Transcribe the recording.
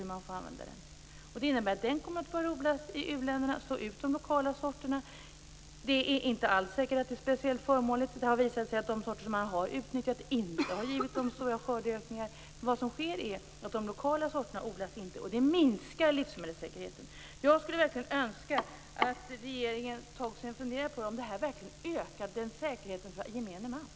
Detta innebär att de här sorterna kommer att börja odlas i u-länderna och slå ut de lokala sorterna. Det är inte alls säkert att detta är speciellt förmånligt. Det har visat sig att de sorter man har utnyttjat inte har givit några stora skördeökningar. Vad som sker är att de lokala sorterna inte odlas, vilket minskar livsmedelssäkerheten. Jag skulle verkligen önska att regeringen tar sig en funderare på om detta verkligen ökar säkerheten för gemene man.